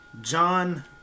John